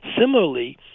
Similarly